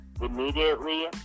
Immediately